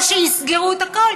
או שיסגרו את הכול.